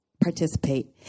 participate